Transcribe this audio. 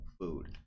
food